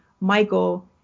Michael